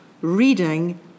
reading